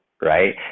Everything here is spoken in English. right